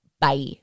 bye